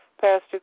Pastor